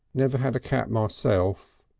never had a cat myself,